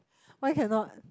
why cannot